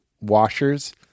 washers